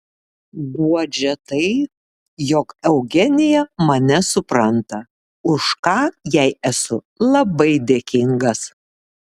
guodžia tai jog eugenija mane supranta už ką jai esu labai dėkingas